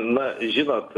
na žinot